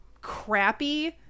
crappy